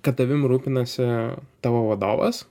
kad tavim rūpinasi tavo vadovas